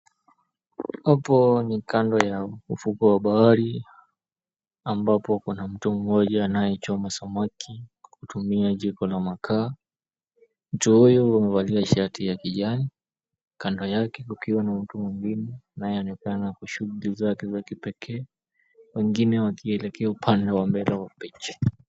Hapo ni kando ya ufukwe wa bahari ambapo kuna mtu mmoja anayechoma samaki kwa kutumia jiko la makaa, mtu huyu amevalia shati ya kijani, kando yake kukiwa na mtu mwengine anaonekana kwa shughuli zake za kipekee, wengine wakielekea upande wa mbele wa picha.